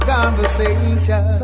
Conversation